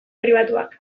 pribatuak